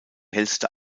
hellste